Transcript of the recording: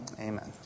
amen